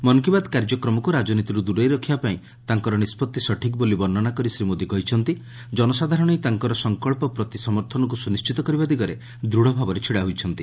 ମନ୍ କୀ ବାତ୍ କାର୍ଯ୍ୟକ୍ରମକୁ ରାଜନୀତିରୁ ଦୂରରେ ରଖିବାପାଇଁ ତାଙ୍କର ନିଷ୍ପଭିକ୍ ସଠିକ୍ ବୋଲି ବର୍ଷନା କରି ଶ୍ରୀ ମୋଦି କହିଛନ୍ତି ଜନସାଧାରଣ ହିଁ ତାଙ୍କର ସଙ୍କବ୍ଧ ପ୍ରତି ସମର୍ଥନକୁ ସୁନିଶ୍ଚିତ କରିବା ଦିଗରେ ଦୃଢ଼ ଭାବରେ ଛିଡ଼ା ହୋଇଛନ୍ତି